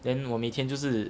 then 我每天就是